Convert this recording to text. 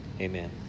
amen